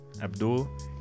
Abdul